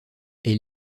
est